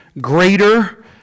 greater